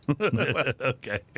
Okay